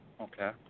Okay